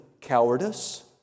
cowardice